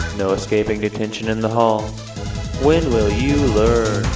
no escaping detention in the hall when will you learn